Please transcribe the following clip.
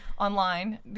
Online